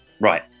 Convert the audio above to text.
Right